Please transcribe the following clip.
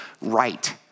right